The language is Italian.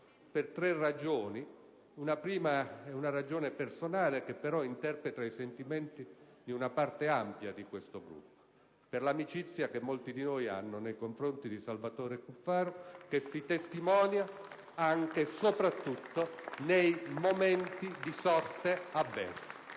molto sobria. Una prima è una ragione personale, che però interpreta i sentimenti di una parte ampia di questo Gruppo: per l'amicizia che molti di noi hanno nei confronti di Salvatore Cuffaro, che si testimonia anche e soprattutto nei momenti di sorte avversa.